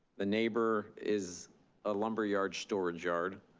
the neighbor is a lumberyard storage yard.